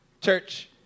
Church